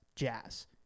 Jazz